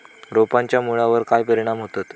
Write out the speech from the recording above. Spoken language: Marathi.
रोपांच्या मुळावर काय परिणाम होतत?